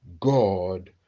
God